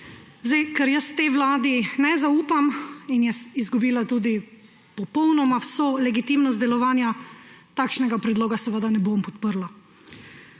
Ker jaz tej vladi ne zaupam in je izgubila tudi popolnoma vso legitimnost delovanja, takšnega predloga seveda ne bom podprla.